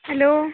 hello